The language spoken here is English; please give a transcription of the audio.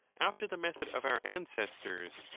after the method of our ancestors,